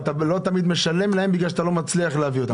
אתה לא תמיד משלם להם כי אתה לא מצליח להביא אותם.